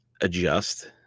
Adjust